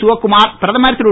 சிவக்குமார் பிரதமர் திரு